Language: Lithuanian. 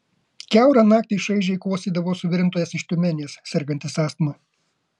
kiaurą naktį šaižiai kosėdavo suvirintojas iš tiumenės sergantis astma